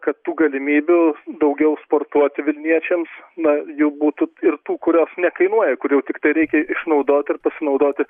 kad tų galimybių daugiau sportuoti vilniečiams na jų būtų ir tų kurios nekainuoja kur jau tik tai reikia išnaudot ir pasinaudoti